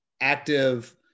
active